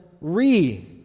Re